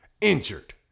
injured